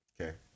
Okay